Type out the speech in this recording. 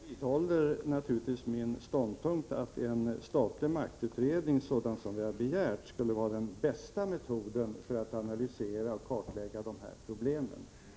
Herr talman! Jag vidhåller naturligtvis min ståndpunkt att en statlig maktutredning, sådan som den vi har begärt, skulle vara den bästa metoden för att analysera och kartlägga maktförhållandena i det svenska samhället.